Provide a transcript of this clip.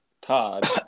Todd